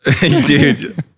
dude